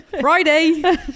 friday